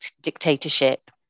dictatorship